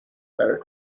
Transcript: where